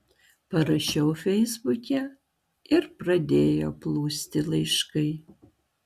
parašiau feisbuke ir pradėjo plūsti laiškai